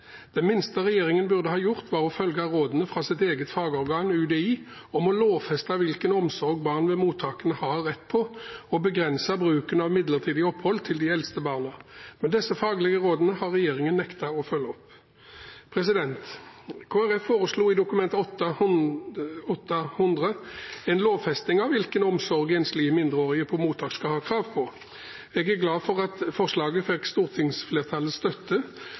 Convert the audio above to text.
Det minste regjeringen burde ha gjort, var å følge rådene fra sitt eget fagorgan UDI om å lovfeste hvilken omsorg barn ved mottakene har rett på, og begrense bruken av midlertidig opphold til de eldste barna. Men disse faglige rådene har regjeringen nektet å følge opp. Kristelig Folkeparti foreslo i Dokument 8:100 S for 2016–2017 en lovfesting av hvilken omsorg enslige mindreårige på mottak skal ha krav på. Jeg er glad for at forslaget fikk stortingsflertallets støtte,